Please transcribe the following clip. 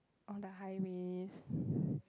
on the highways